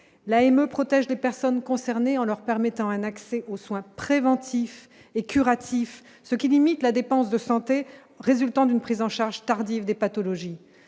et me protège les personnes concernées en leur permettant un accès aux soins préventifs et curatifs, ce qui limite la dépense de santé résultant d'une prise en charge tardive des pathologies,